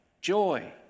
joy